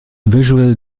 visual